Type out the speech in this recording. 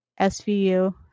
SVU